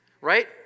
right